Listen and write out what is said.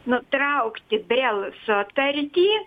nutraukti brel sutartį